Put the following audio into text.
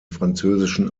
französischen